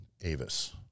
Avis